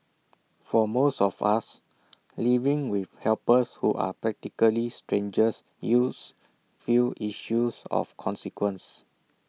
for most of us living with helpers who are practically strangers yields few issues of consequence